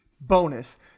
bonus